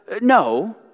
No